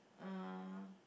uh